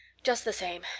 just the same,